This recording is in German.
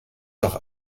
doch